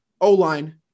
O-line